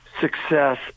Success